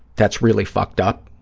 that's really fucked up,